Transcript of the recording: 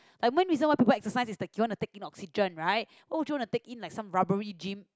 the main reason why people exercise is that they want to take in oxygen right why would you want to take in like some rubbery gym